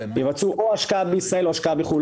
ויעשו השקעה בישראל או בחו"ל.